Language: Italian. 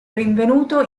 rinvenuto